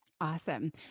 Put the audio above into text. Awesome